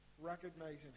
Recognizing